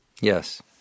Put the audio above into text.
Yes